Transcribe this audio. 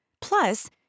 Plus